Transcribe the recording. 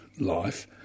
life